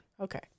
Okay